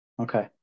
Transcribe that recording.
Okay